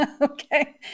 Okay